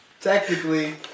Technically